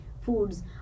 foods